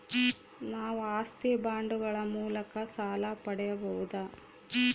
ನಾವು ಆಸ್ತಿ ಬಾಂಡುಗಳ ಮೂಲಕ ಸಾಲ ಪಡೆಯಬಹುದಾ?